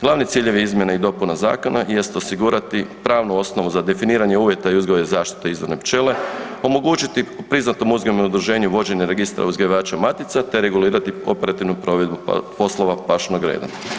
Glavni ciljevi izmjene i dopune Zakona jest osigurati pravnu osnovu za definiranje uvjeta i uzgoja zaštite izvorne pčele, omogućiti priznatom uzgojnom udruženju vođenje registra uzgajivača matica te regulirati operativnu provedbu poslova pašnog reda.